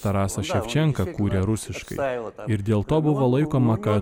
tarasas ševčenka kūrė rusiškai ir dėl to buvo laikoma kad